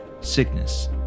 sickness